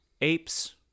apes